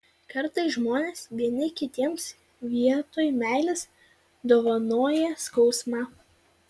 kartais žmonės vieni kitiems vietoj meilės dovanoja skausmą